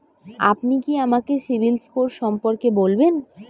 আপনি কি আমাকে সিবিল স্কোর সম্পর্কে বলবেন?